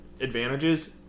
advantages